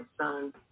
son